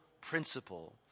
principle